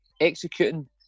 executing